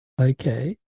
Okay